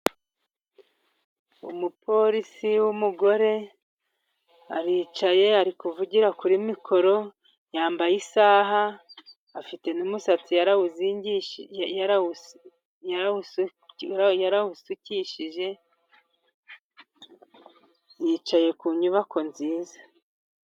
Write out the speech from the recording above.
Umupolisi w'umugore aricaye, ari kuvugira kuri mikoro yambaye isaha. Afite n'umusatsi yarawuzingishije, yicaye ku nyubako nziza.